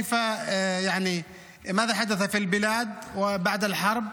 מה שקרה במדינה לאחר המלחמה,